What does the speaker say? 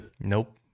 Nope